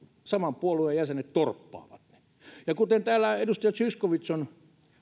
saman puolueen jäsenet torppaavat ne kuten täällä edustaja zyskowicz on